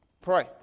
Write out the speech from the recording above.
Pray